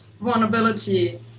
vulnerability